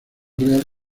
real